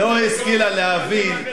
לא השכילה להבין,